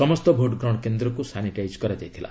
ସମସ୍ତ ଭୋଟ୍ଗ୍ରହଣ କେନ୍ଦ୍ରକୁ ସାନିଟାଇଜ୍ କରାଯାଇଥିଲା